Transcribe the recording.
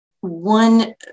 one